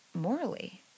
morally